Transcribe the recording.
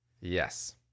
Yes